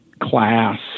class